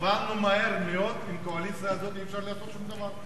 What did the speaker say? הבנו מהר מאוד שעם הקואליציה הזאת אי-אפשר לעשות שום דבר.